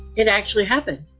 it actually happened.